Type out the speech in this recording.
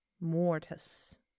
Mortis